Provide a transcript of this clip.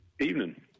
Evening